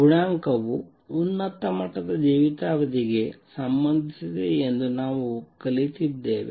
ಗುಣಾಂಕವು ಉನ್ನತ ಮಟ್ಟದ ಜೀವಿತಾವಧಿಗೆ ಸಂಬಂಧಿಸಿದೆ ಎಂದು ನಾವು ಕಲಿತಿದ್ದೇವೆ